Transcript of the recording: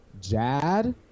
Jad